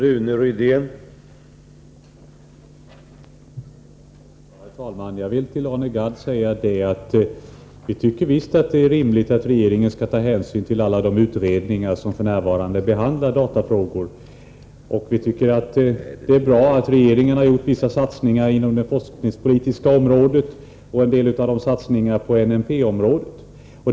Herr talman! Vi tycker visst, Arne Gadd, att det är rimligt att regeringen skall ta hänsyn till alla de utredningar som f.n. behandlar datafrågor. Vi tycker att det är bra att regeringen har gjort vissa satsningar inom det forskningspolitiska området och en del satsningar på NMP-området.